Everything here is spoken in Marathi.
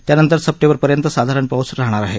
त्यानंतर सप्टेंबरपर्यंत साधारण पाऊस राहणार आहे